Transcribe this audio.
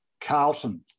Carlton